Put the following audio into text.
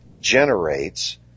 Generates